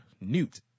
newt